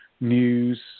news